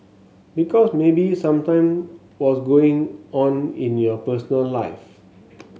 because maybe something was going on in your personal life